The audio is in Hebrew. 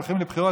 הולכים לבחירות,